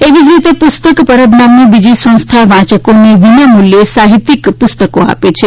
એવી જ રીતે પુસ્તક પરબ નામની બીજી સંસ્થા વાંચકોને વિનામુલ્યે સાહિત્યિક પુસ્તકો આપે છે